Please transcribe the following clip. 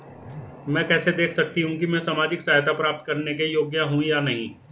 मैं कैसे देख सकती हूँ कि मैं सामाजिक सहायता प्राप्त करने के योग्य हूँ या नहीं?